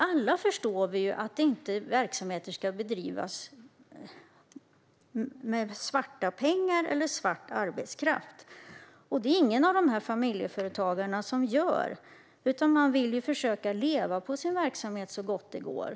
Alla förstår vi ju att verksamheter inte ska bedrivas med svarta pengar eller svart arbetskraft. Det är ingen av dessa familjeföretagare som gör det, utan man vill kunna leva på sin verksamhet så gott det går.